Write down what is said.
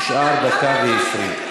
נשארו דקה ו-20.